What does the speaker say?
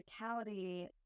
physicality